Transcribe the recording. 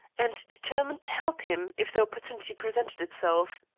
and determined to help him if the opportunity presented itself.